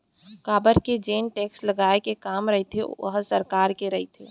काबर के जेन टेक्स लगाए के काम रहिथे ओहा सरकार के रहिथे